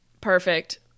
Perfect